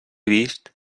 vist